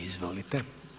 Izvolite.